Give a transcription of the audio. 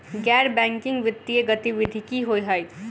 गैर बैंकिंग वित्तीय गतिविधि की होइ है?